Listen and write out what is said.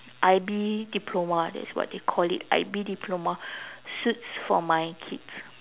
I_B diploma that's what they call it I_B diploma suits for my kids